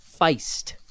Feist